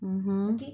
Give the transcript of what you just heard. mmhmm